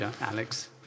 Alex